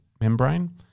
membrane